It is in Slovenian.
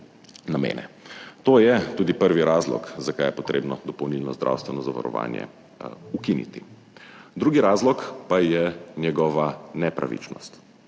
To je tudi prvi razlog zakaj je potrebno dopolnilno zdravstveno zavarovanje ukiniti. Drugi razlog pa je njegova nepravičnost.